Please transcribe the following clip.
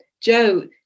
Joe